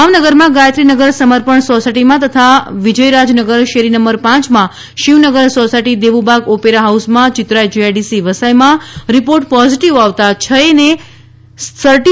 ભાવનગરમાં ગાયત્રીનગર સમર્પણ સોસાયટીમાં તથા વિજયરાજનગર શેરી નંબર પાંચમાં શિવનગર સોસાયટી દેવુબાગ ઓપેરા હાઉસમાં ચિત્રા જીઆઈડીસી વસાઈમાં રીપોર્ટ પોઝીટીવ આવતાં છ યે દર્દીઓને સર ટી